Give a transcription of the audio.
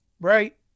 right